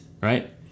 right